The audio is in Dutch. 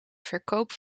verkoop